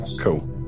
cool